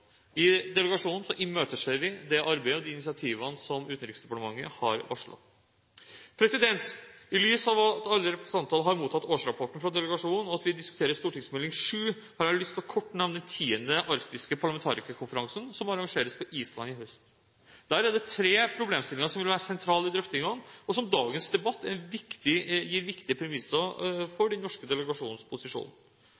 I delegasjonen imøteser vi det arbeidet og de initiativene som Utenriksdepartementet har varslet. I lys av at alle representantene har mottatt årsrapporten fra delegasjonen, og at vi diskuterer Meld. St. 7 for 2011–2012, har jeg lyst til kort å nevne den tiende arktiske parlamentarikerkonferansen, som arrangeres på Island i høst. Der er det tre problemstillinger som vil være sentrale i drøftingene, og som dagens debatt gir viktige premisser